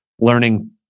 learning